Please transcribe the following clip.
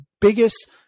biggest